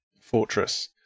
fortress